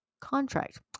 contract